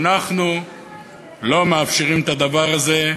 אנחנו לא מאפשרים את הדבר הזה,